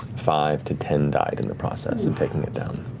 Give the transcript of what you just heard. five to ten died in the process of taking it down.